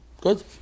Good